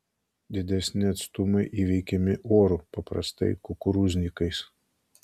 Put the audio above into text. didesni atstumai įveikiami oru paprastai kukurūznikais